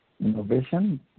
innovation